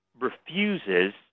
refuses